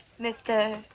Mr